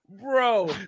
Bro